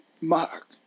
Mark